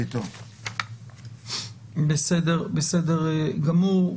בסדר גמור.